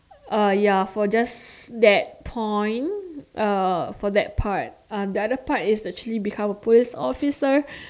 uh ya for just that point uh for that part uh the other part is actually to become a police officer